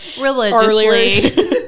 religiously